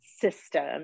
system